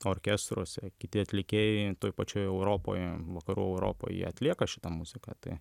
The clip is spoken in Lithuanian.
orkestruose kiti atlikėjai toj pačioj europoje vakarų europoj jie atlieka šitą muziką tai